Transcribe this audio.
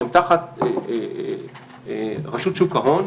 הם תחת רשות שוק ההון.